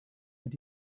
and